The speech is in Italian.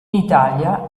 italia